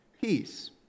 peace